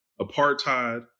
apartheid